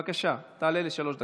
בבקשה, תעלה לשלוש דקות.